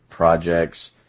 projects